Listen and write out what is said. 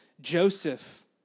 Joseph